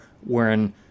wherein